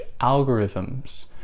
algorithms